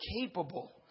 capable